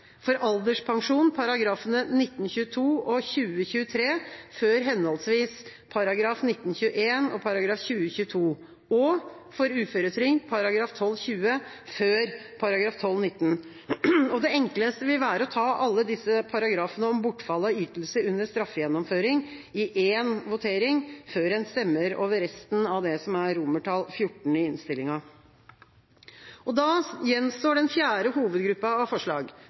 for alderspensjon §§ 19-22 og 20-23 før henholdsvis § 19-21 og § 20-22, og for uføretrygd § 12-20 før § 12-19. Det enkleste vil være å ta alle disse paragrafene om bortfall av ytelse under straffegjennomføring i én votering før en stemmer over resten av romertall XIV i innstillinga. Da gjenstår den fjerde hovedgruppa av forslag,